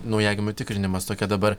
naujagimių tikrinimas tokia dabar